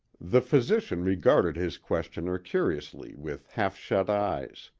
the physician regarded his questioner curiously with half-shut eyes.